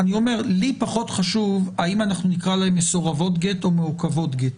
פחות חשוב לי אם נקרא להן "מסורבות גט" או "מעוכבות גט".